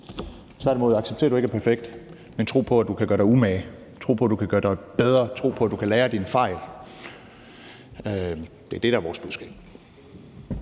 tværtimod. Accepter, at du ikke er perfekt, men tro på, at du kan gøre dig umage; tro på, at du kan gøre dig bedre; tro på, at du kan lære af dine fejl. Det er det, der er vores budskab.